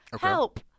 Help